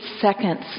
seconds